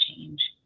change